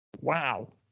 Wow